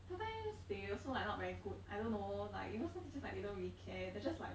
sometimes they also like not very good I don't know like you know some teachers like they don't really care they just like